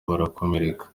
barakomereka